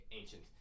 ancient